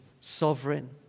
sovereign